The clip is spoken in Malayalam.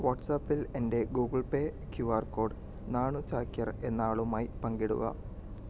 വാട്ട്സ്ആപ്പിൽ എൻ്റെ Google Pay Q R code Nanu Chakyar എന്നയാളുമായി പങ്കിടുക